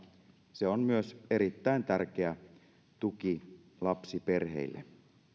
se on myös erittäin tärkeä tuki lapsiperheille